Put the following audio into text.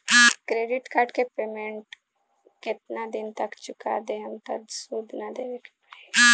Credit card के payment केतना दिन तक चुका देहम त सूद ना देवे के पड़ी?